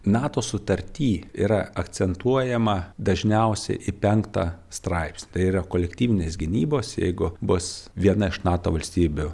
nato sutarty yra akcentuojama dažniausiai į penktą straipsnį tai yra kolektyvinės gynybos jeigu bus viena iš nato valstybių